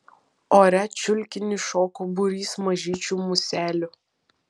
ore čiulkinį šoko būrys mažyčių muselių